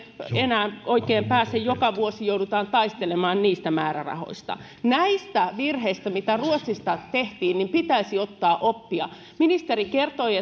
enää oikein pääse joka vuosi joudutaan taistelemaan niistä määrärahoista näistä virheistä mitä ruotsissa tehtiin pitäisi ottaa oppia ministeri kertoi